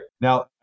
Now